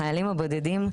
החיילים הבודדים,